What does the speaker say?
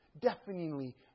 deafeningly